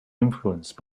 influenced